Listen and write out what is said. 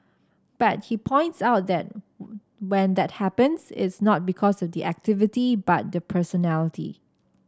but he points out that when that happens it's not because of the activity but the personality